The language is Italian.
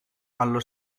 allo